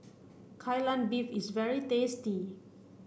Kai Lan Beef is very tasty